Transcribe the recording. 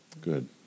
Good